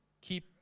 Keep